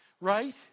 right